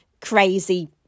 crazy